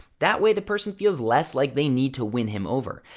that way, the person feels less like they need to win him over.